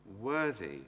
worthy